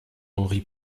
henri